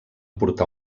portar